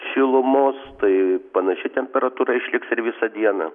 šilumos tai panaši temperatūra išliks ir visą dieną